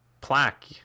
plaque